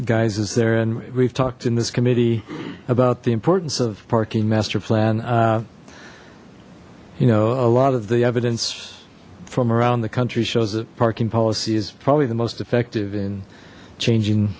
guises there and we've talked in this committee about the importance of parking master plan you know a lot of the evidence from around the country shows that parking policy is probably the most effective in changing